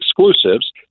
exclusives